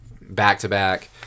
back-to-back